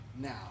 now